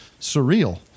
surreal